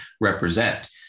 represent